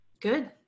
Good